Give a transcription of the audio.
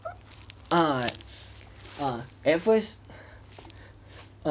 ah ah at first